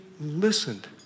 listened